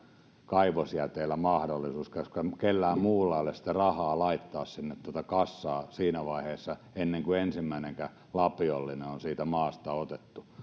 kaivosjäteillä mahdollisuus koska kellään muulla ei ole sitä rahaa laittaa sinne kassaan siinä vaiheessa ennen kuin ensimmäistäkään lapiollista on siitä maasta otettu